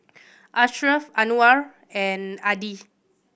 Ashraf Anuar and Adi